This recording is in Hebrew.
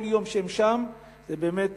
כל יום שהם שם זה באמת